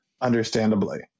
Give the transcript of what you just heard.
understandably